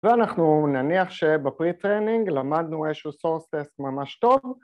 ‫ואנחנו נניח שבפרה-טריינינג ‫למדנו איזשהו סורס-טסט ממש טוב.